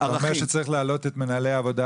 אתה אומר שצריך להעלות את מנהלי העבודה